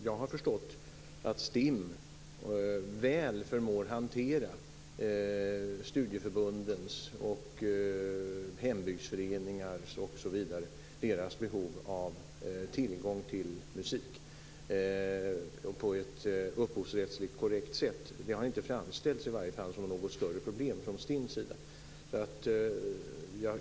Jag har förstått att STIM väl förmår hantera studieförbundens och hembygdsföreningars behov av tillgång till musik på ett upphovsrättsligt korrekt sätt. Det har i alla fall inte framställts som något större problem från STIM:s sida.